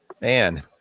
Man